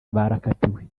barakatiwe